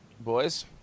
boys